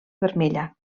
vermella